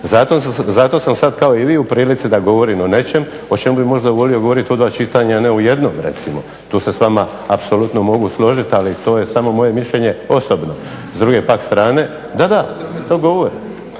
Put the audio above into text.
Zato sam sad kao i vi u prilici da govorim o nečem o čemu bi možda volio govoriti u dva čitanja a ne u jednom recimo. Tu se s vama apsolutno mogu složiti, ali to je samo moje mišljenje osobno. S druge pak strane, da, da to govori.